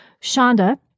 Shonda